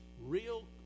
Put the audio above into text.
real